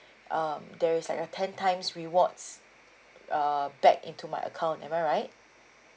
um there is like a ten times rewards err back into my account am I right